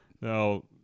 Now